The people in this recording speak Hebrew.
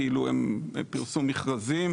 כאילו פרסום מכרזים.